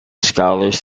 scholars